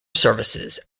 services